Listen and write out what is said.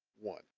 one